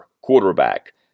quarterback